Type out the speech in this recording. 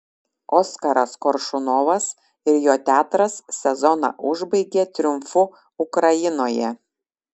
oskaras koršunovas ir jo teatras sezoną užbaigė triumfu ukrainoje